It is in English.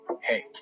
Hey